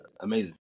amazing